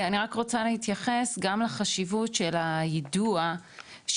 אני רק רוצה להתייחס, גם לחשיבות של היידוע של